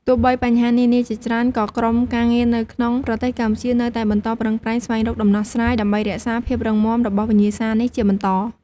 ទោះបីបញ្ហានានាជាច្រើន ក៏ក្រុមការងារនៅក្នុងប្រទេសកម្ពុជានៅតែបន្តប្រឹងប្រែងស្វែងរកដំណោះស្រាយ ដើម្បីរក្សាភាពរឹងមាំរបស់វិញ្ញាសានេះជាបន្ត។